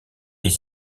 est